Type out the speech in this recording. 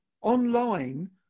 Online